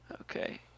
Okay